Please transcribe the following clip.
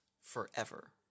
forever